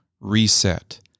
reset